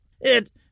It